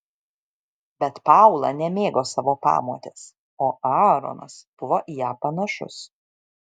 bet paula nemėgo savo pamotės o aaronas buvo į ją panašus